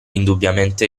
indubbiamente